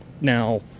now